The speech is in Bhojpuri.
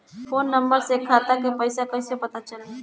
फोन नंबर से खाता के पइसा कईसे पता चलेला?